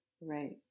Right